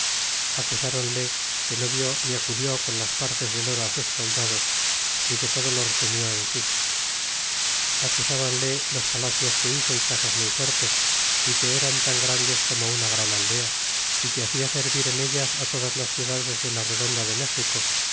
oro acusronle que no dió ni acudió con las partes del oro los soldados y que todo lo resumió en si acusbanle los palacios que hizo y casas muy fuertes y que eran tan grandes como una gran aldea y que hacia servir en ellas todas las ciudades de la redonda de méxico